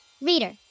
Reader